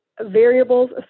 variables